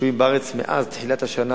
שוהים בארץ מאז תחילת השנה